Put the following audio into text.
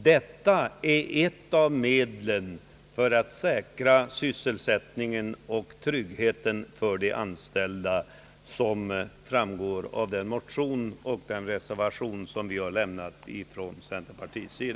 Som framgår av den motion och den reservation som vi har avgett från centerpartiets sida, kan vad vi här föreslår betraktas som något av medlen för att säkra sysselsättningen och tryggheten.